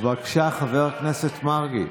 בבקשה, חבר הכנסת מרגי.